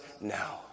now